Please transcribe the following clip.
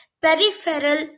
peripheral